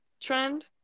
trend